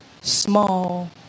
small